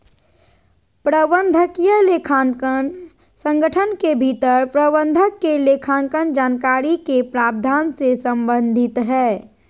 प्रबंधकीय लेखांकन संगठन के भीतर प्रबंधक के लेखांकन जानकारी के प्रावधान से संबंधित हइ